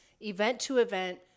event-to-event